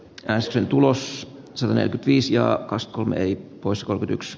räsäsen tulos sai viisi ja kas kun ei koskaan yks